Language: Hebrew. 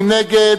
מי נגד?